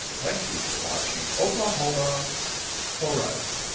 thank you for watching oklahoma horizon.